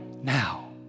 now